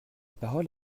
parole